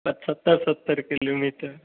पचहत्तर सत्तर किलोमीटर